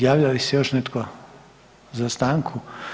Javlja li se još netko za stanku?